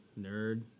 Nerd